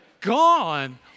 gone